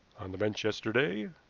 on the bench yesterday.